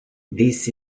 this